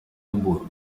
amburgo